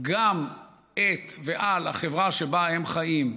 גם את ועל החברה שבה הם חיים,